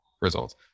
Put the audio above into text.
results